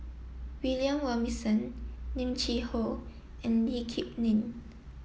William Robinson Lim Cheng Hoe and Lee Kip Lin